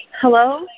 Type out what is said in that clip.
Hello